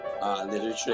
Literature